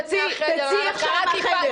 תצאי בבקשה מהחדר.